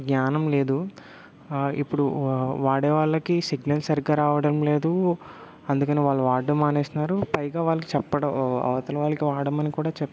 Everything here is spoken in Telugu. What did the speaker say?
జ్ఞానం లేదు ఇప్పుడు వా వాడే వాళ్ళకి సిగ్నల్ సరిగ్గా రావడం లేదు అందుకని వాళ్ళు వాడడం మానేస్తున్నారు పైగా వాళ్ళకి చెప్పడ అవతలి వాళ్ళకి వాడమని కూడా చెప్